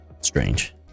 strange